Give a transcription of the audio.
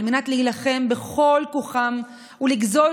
על מנת להילחם בכל כוחם ולגזול,